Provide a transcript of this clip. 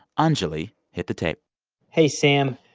anjuli, hit the tape hey, sam,